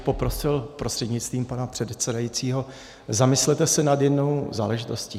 Poprosil bych prostřednictvím pana předsedajícího, zamyslete se nad jednou záležitostí.